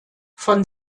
von